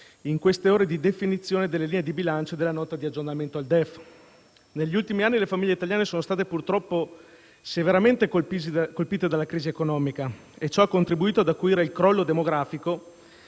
in queste ore di definizione delle linee di bilancio della Nota di aggiornamento al DEF. Negli ultimi anni le famiglie italiane sono state purtroppo severamente colpite dalla crisi economica e ciò ha contribuito ad acuire il crollo demografico,